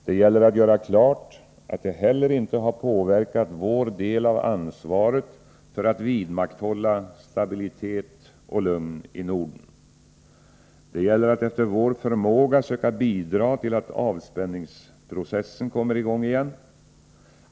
Det gäller att göra klart, att det heller inte har påverkat vår del av ansvaret för att vidmakthålla stabilitet och lugn i Norden. Det gäller att efter vår förmåga söka bidra till att avspänningsprocessen kommer i gång igen.